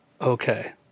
okay